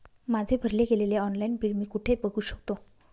माझे भरले गेलेले ऑनलाईन बिल मी कुठे बघू शकतो?